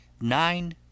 nine